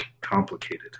complicated